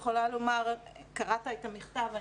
קראת את המכתב.